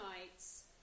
Nights